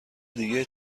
دیگه